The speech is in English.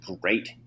great